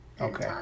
okay